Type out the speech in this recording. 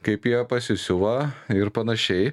kaip jie pasisiuva ir panašiai